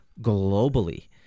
globally